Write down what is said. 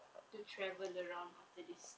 to travel around after this